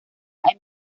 hay